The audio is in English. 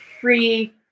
free